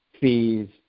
fees